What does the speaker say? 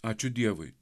ačiū dievui